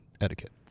etiquette